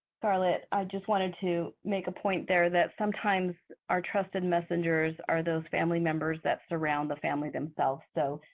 scarlett. i just wanted to make a point there that sometimes our trusted messengers are those family members that surround the family themselves, so